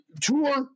tour